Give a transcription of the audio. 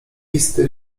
listy